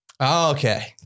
Okay